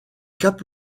cap